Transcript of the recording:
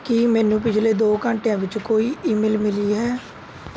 ਕੀ ਮੈਨੂੰ ਪਿਛਲੇ ਦੋ ਘੰਟਿਆਂ ਵਿੱਚ ਕੋਈ ਈਮੇਲ ਮਿਲੀ ਹੈ